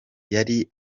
yari